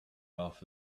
off